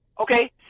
Okay